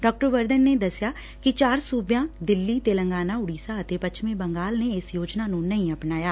ਡਾ ਵਰਧਨ ਨੇ ਦਸਿਆ ਕਿ ਚਾਰ ਸੁਬਿਆਂ ਦਿੱਲੀ ਤੇਲੰਗਾਨਾ ਉੜੀਸਾ ਅਤੇ ਪੱਛਮੀ ਬੰਗਾਲ ਨੇ ਇਸ ਯੋਜਨਾ ਨੁੰ ਨਹੀਂ ਅਪਣਾਇਆ